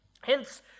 Hence